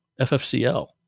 FFCL